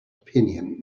opinion